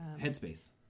headspace